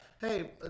Hey